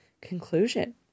conclusion